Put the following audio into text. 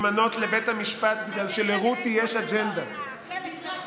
להתמנות לבית המשפט בגלל ש"לרותי יש אג'נדה" היא מתהפכת בקברה.